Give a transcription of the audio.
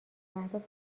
اهداف